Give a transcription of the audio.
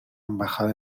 embajada